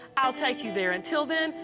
i'll take you there. until then,